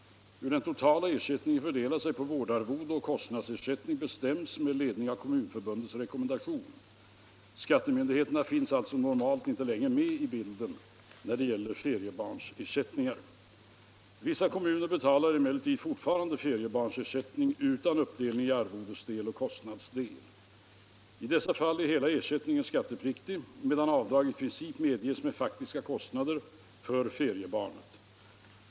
Hur den totala ersättningen fördelar sig på vårdarvode och kostnadsersättning bestäms med ledning av Kommunförbundets rekommendation. Skattemyndigheterna finns alltså normalt inte längre med i bilden när det gäller feriebarnsersättningar. Vissa kommuner betalar emellertid fortfarande feriebarnsersättning utan uppdelning i arvodesdel och kostnadsdel. I dessa fall är hela ersättningen skattepliktig medan avdrag i princip medges med faktiska kostnader för feriebarnet.